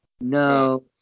No